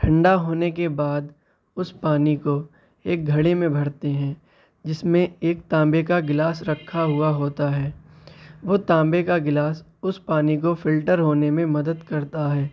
ٹھنڈا ہونے کے بعد اس پانی کو ایک گھڑے میں بھرتے ہیں جس میں ایک تانبے کا گلاس رکھا ہوا ہوتا ہے وہ تانبے کا گلاس اس پانی کو فلٹر ہونے میں مدد کرتا ہے